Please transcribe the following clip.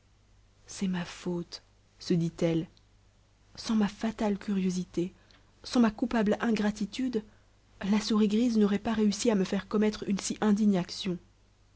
c'est ma faute se dit-elle sans ma fatale curiosité sans ma coupable ingratitude la souris grise n'aurait pas réussi à me faire commettre une